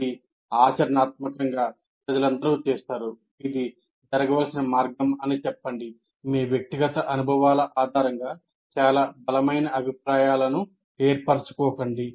ఇది ఆచరణాత్మకం గా ప్రజలందరూ చేస్తారు ఇది జరగవలసిన మార్గం అని చెప్పండి మీ వ్యక్తిగత అనుభవాల ఆధారంగా చాలా బలమైన అభిప్రాయాలను ఏర్పరచు కోకండి